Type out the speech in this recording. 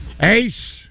Ace